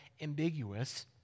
ambiguous